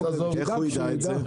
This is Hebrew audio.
איך הוא יידע את זה?